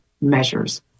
measures